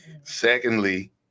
Secondly